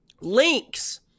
links